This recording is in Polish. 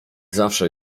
zawsze